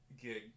Gig